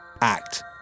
act